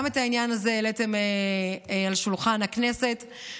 גם את העניין הזה העליתם על שולחן הכנסת,